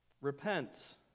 Repent